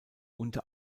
unter